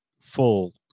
full